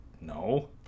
no